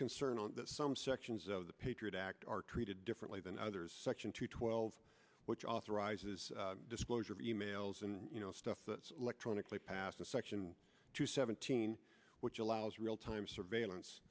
concern on some sections of the patriot act are treated differently than others section two twelve which authorizes disclosure of emails and you know stuff that's electronically passed in section two seventeen which allows real time surveillance